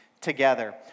together